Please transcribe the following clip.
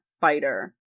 fighter